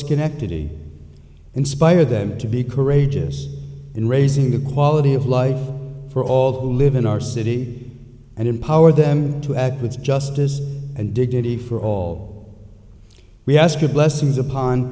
schenectady inspire them to be courageous in raising the quality of life for all who live in our city and empower them to act with justice and dignity for all we ask you blessings upon